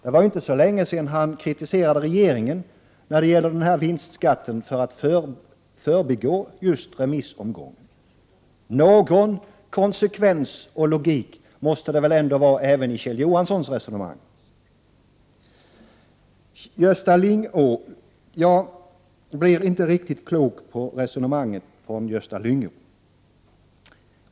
Det var inte så länge sedan han kritiserade regeringen för att förbigå remissomgången när det gällde vinstskatten. Någon konsekvens och logik måste det väl ändå finnas även i Kjell Johanssons resonemang. Jag blev inte riktigt klok på Gösta Lyngås resonemang.